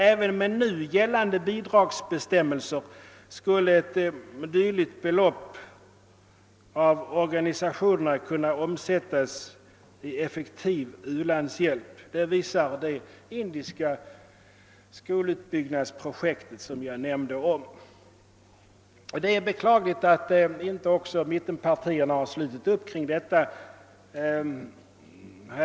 även med nu gällande bidragsbestämmelser skulle ett dylikt belopp av organisationerna kunna omsättas i effektiv u-landshjälp. Det visar det indiska skolutbyggnadsprojekt som jag nämnde. Det är beklagligt att inte mittenpartierna också har slutit upp kring detta yrkande.